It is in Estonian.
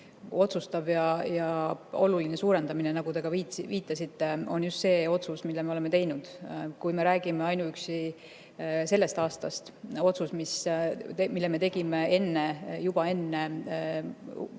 otsustav ja oluline suurendamine, nagu te ka viitasite, on just see otsus, mille me oleme teinud. Kui me räägime ainuüksi sellest aastast, otsusest, mille me tegime juba enne Putini